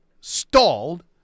stalled